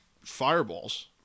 fireballs